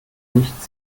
nicht